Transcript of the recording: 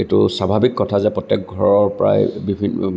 এইটো স্বাভাৱিক কথা যে প্ৰত্যেক ঘৰৰ পৰাই বিভিন্ন